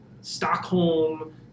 Stockholm